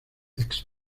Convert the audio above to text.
airways